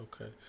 okay